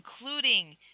including